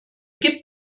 gibt